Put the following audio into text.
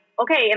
okay